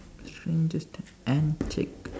strangest antic